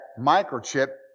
microchip